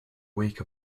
wake